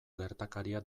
gertakaria